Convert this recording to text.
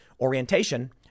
orientation